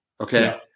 Okay